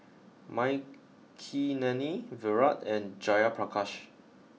Makineni Virat and Jayaprakash